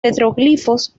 petroglifos